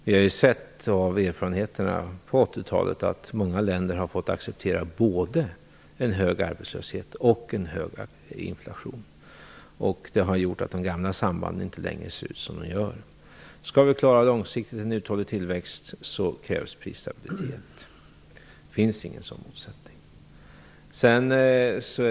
Vi har av erfarenheterna på 80-talet sett att många länder har fått acceptera både en hög arbetslöshet och en hög inflation, och det har gjort att de gamla sambanden inte längre ser ut som tidigare. För att vi skall klara en långsiktigt uthållig tillväxt krävs prisstabilitet. Det finns alltså ingen sådan här motsättning.